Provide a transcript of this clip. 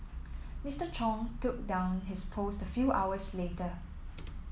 Mister Chung took down his post a few hours later